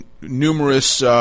numerous